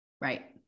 Right